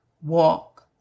walk